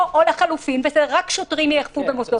או לחילופין, רק שוטרים יאכפו במוסדות חינוך.